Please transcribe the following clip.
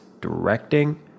Directing